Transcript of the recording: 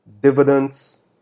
dividends